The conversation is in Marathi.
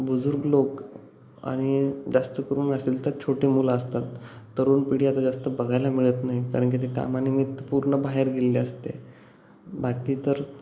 बुजुर्ग लोक आणि जास्त करून असेल तर छोटे मुलं असतात तरुण पिढी आता जास्त बघायला मिळत नाही कारण की ते कामानिमित्त पूर्ण बाहेर गेलेली असते बाकी तर